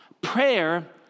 Prayer